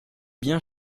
bien